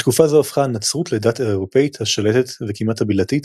בתקופה זו הפכה הנצרות לדת האירופית השלטת וכמעט הבלעדית,